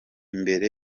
mbere